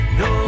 no